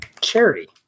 charity